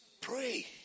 Pray